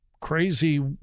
crazy